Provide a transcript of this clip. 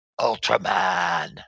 Ultraman